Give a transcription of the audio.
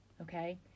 okay